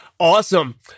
Awesome